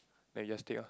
then you just take loh